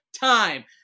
time